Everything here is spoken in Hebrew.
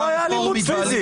לא הייתה אלימות פיזית.